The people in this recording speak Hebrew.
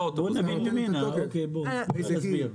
איזה דין?